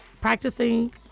practicing